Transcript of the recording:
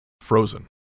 Frozen